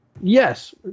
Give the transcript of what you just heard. Yes